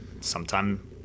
sometime